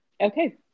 Okay